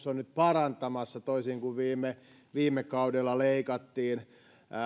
on nyt parantamassa toisin kuin viime viime kaudella kun leikattiin